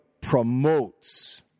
promotes